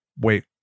wait